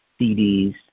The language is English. CDs